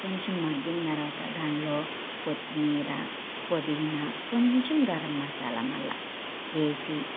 కొంచెం మగ్గిన తరువాత దానిలో కొత్తిమీర పుదినా కొంచెం గరం మసాలా మళ్ళీ వేసి